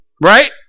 Right